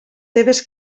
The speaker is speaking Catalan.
seves